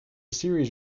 series